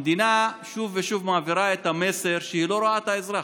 המדינה שוב ושוב מעבירה את המסר שהיא לא רואה את האזרח,